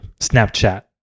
Snapchat